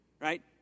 right